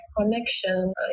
connection